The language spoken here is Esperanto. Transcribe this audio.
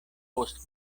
post